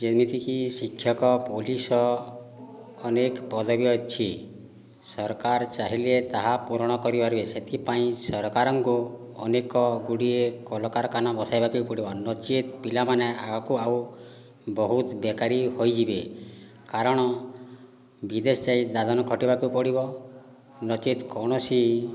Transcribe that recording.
ଯେମିତିକି ଶିକ୍ଷକ ପୋଲିସ ଅନେକ ପଦବୀ ଅଛି ସରକାର ଚାହିଁଲେ ତାହା ପୂରଣ କରିପାରିବେ ସେଥିପାଇଁ ସରକାରଙ୍କୁ ଅନେକଗୁଡ଼ିଏ କଳକାରଖାନା ବସାଇବାକୁ ବି ପଡ଼ିବ ନଚେତ୍ ପିଲାମାନେ ଆଗକୁ ଆଉ ବହୁତ ବେକାରୀ ହୋଇଯିବେ କାରଣ ବିଦେଶ ଯାଇ ଦାଦନ ଖଟିବାକୁ ପଡ଼ିବ ନଚେତ୍ କୌଣସି